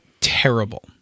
Terrible